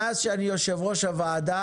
מאז שאני יושב ראש וועדת